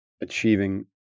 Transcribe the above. achieving